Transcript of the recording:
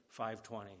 520